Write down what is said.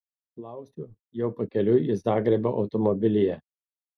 klausiu jau pakeliui į zagrebą automobilyje